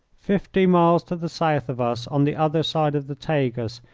fifty miles to the south of us, on the other side of the tagus,